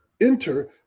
enter